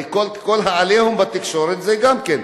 הרי על ה"עליהום" בתקשורת, זה גם כן.